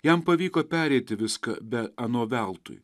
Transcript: jam pavyko pereiti viską be ano veltui